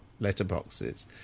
letterboxes